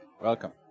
Welcome